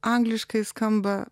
angliškai skamba